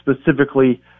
specifically